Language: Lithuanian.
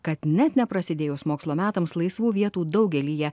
kad net neprasidėjus mokslo metams laisvų vietų daugelyje